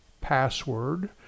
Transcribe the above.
password